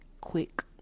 quick